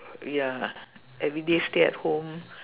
ya everyday stay at home